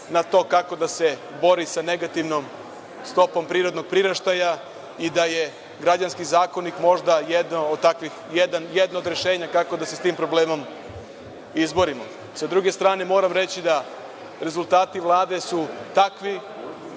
na to kako da se bori sa negativnom stopom prirodnog priraštaja i da je građanski zakonik možda jedno od rešenja kako da se s tim problemom izborimo.S druge strane, moram reći da rezultati Vlade su takvi